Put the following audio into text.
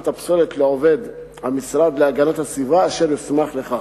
הפסולת לעובד המשרד להגנת הסביבה אשר יוסמך לכך.